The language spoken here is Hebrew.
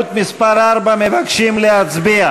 כנוסח הוועדה, לא התקבלו הסתייגויות.